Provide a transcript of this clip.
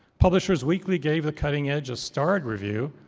publishers weekly gave the cutting edge a starred review,